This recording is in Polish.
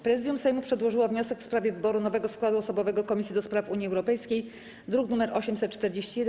Prezydium Sejmu przedłożyło wniosek w sprawie wyboru nowego składu osobowego Komisji do Spraw Unii Europejskiej, druk nr 841.